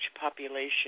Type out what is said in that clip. population